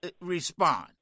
respond